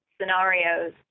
scenarios